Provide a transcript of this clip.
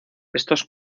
estos